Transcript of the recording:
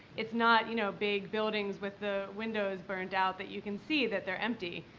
it's not, you know, big buildings with the windows burned out that you can see that they're empty.